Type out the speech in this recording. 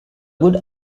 good